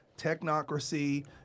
technocracy